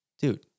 dude